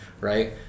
right